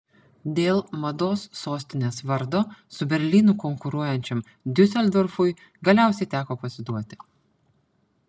dėl mados sostinės vardo su berlynu konkuruojančiam diuseldorfui galiausiai teko pasiduoti